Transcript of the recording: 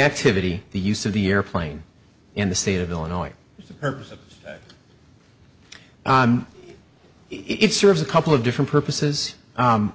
activity the use of the airplane in the state of illinois or it serves a couple of different purposes